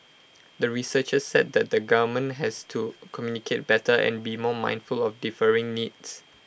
the researchers said that the government has to communicate better and be more mindful of differing needs